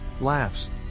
Laughs